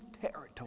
territory